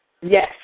Yes